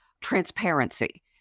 transparency